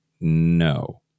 no